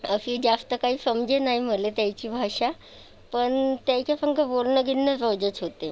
अशी जास्त काही समजे नाही मला त्यांची भाषा पण त्यांच्या संग बोलणं गिलनं रोजच होते